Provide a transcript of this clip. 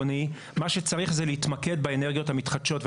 מה שצריך זה להתמקד באנרגיות המתחדשות.